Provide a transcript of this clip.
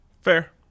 Fair